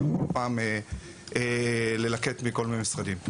ולא כל פעם ללקט מכל מיני משרדים.